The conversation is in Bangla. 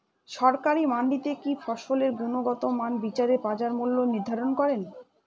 সরকারি মান্ডিতে কি ফসলের গুনগতমান বিচারে বাজার মূল্য নির্ধারণ করেন?